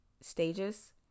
stages